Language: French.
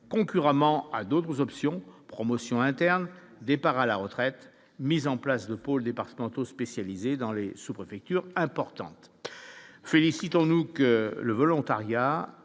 concurremment à d'autres options promotions internes : départs à la retraite, mise en place de pôles départementaux, spécialisée dans la sous-préfecture importante, félicitons-nous que le volontariat